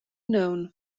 known